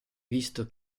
visto